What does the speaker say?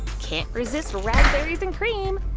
can't resist raspberries and cream.